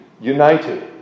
united